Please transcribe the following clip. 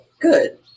good